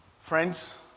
Friends